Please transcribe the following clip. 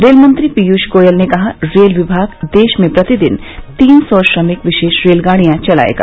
rail मंत्री पीयूष गोयल ने कहा रेल विभाग देश में प्रतिदिन तीन सौ श्रमिक विशेष रेलगाड़ियां चलाएगा